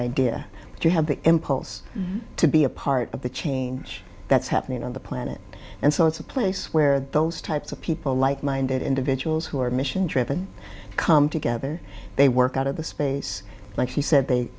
you have the impulse to be a part of the change that's happening on the planet and so it's a place where those types of people like minded individuals who are mission driven come together they work out of the space like she said they